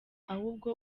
ahubwo